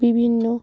বিভিন্ন